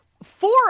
Four